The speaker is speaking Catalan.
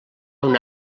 una